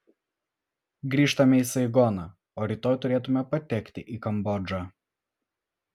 grįžtame į saigoną o rytoj turėtume patekti į kambodžą